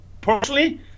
personally